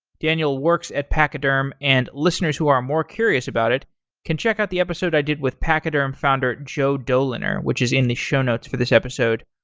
daniel works at pachyderm, and listeners who are more curious about it can check out the episode i did with pachyderm founder, joe doliner, which is in the show for this episode.